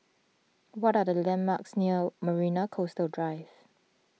what are the landmarks near Marina Coastal Drive